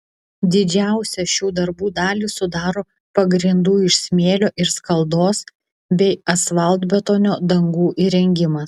didžiausią šių darbų dalį sudaro pagrindų iš smėlio ir skaldos bei asfaltbetonio dangų įrengimas